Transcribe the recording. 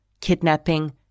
kidnapping